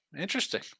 Interesting